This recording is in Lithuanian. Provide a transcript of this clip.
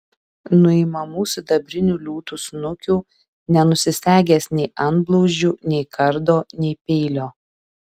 nuimamų sidabrinių liūtų snukių nenusisegęs nei antblauzdžių nei kardo nei peilio